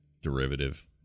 derivative